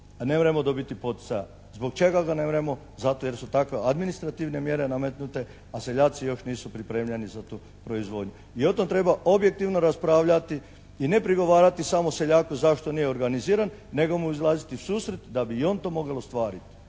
nemremo dobiti poticaja. Zbog čega ga nemremo? Zato jer su takve administrativne mjere nametnute a seljaci još nisu pripremljeni za tu proizvodnju. I o tom treba objektivno raspravljati i ne prigovarati samo seljaku zašto nije organiziran nego mu izlaziti u susret da bi i on to mogel ostvariti.